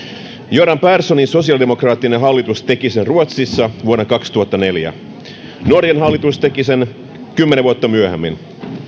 göran perssonin sosiaalidemokraattinen hallitus teki sen ruotsissa vuonna kaksituhattaneljä norjan hallitus teki sen kymmenen vuotta myöhemmin